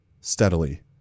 steadily